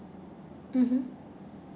mmhmm